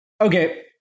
Okay